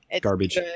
garbage